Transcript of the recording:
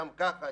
שם ככה.